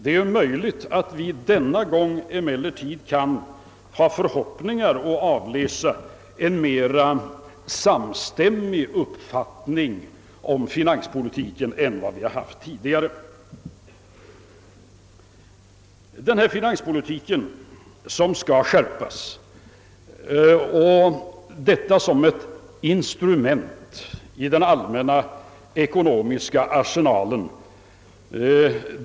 Det är emellertid möjligt att vi denna gång kan ha förhoppningar om att avläsa en mera samstämmig uppfattning om finanspolitiken än vad vi haft tidigare. Finanspolitiken skall skärpas, detta som ett instrument i den allmänna ekonomiska arsenalen.